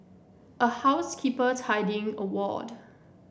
a housekeeper tidying a ward